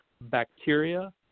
bacteria